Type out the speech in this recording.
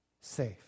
safe